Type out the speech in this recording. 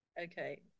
Okay